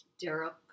Derek